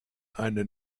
eine